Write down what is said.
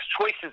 choices